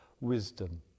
wisdom